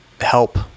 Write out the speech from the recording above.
help